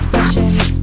Sessions